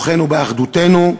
כוחנו באחדותנו.